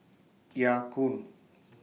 Ya Kun